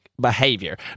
behavior